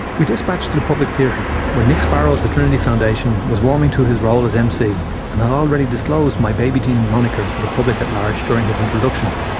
we dispatched to the public theatre, where nick sparrow of trinity foundation was warming to his role as mc and had already disclosed my baby dean moniker to the public at large during his introduction,